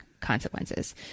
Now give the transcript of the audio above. consequences